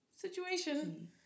situation